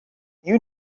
you